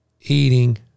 eating